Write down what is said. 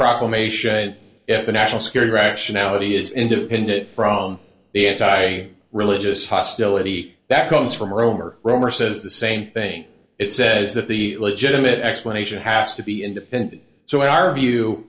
proclamation if the national security rationality is independent from the anti religious hostility that comes from rome or rome or says the same thing it says that the legitimate explanation has to be independent so our view